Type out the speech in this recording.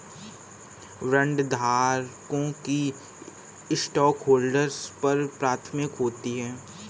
बॉन्डधारकों की स्टॉकहोल्डर्स पर प्राथमिकता होती है